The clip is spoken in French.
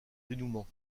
dénouement